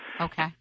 Okay